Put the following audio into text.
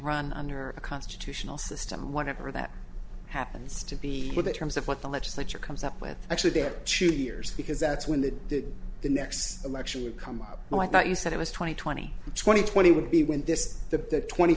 run under a constitutional system whatever that happens to be with the terms of what the legislature comes up with actually there should be years because that's when the the next election will come up oh i thought you said it was twenty twenty twenty twenty would be when this the twenty